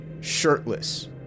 shirtless